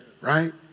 Right